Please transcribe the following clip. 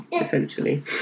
essentially